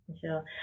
Sure